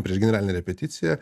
prieš generalinę repeticiją